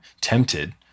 tempted